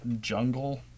Jungle